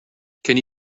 can